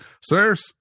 sirs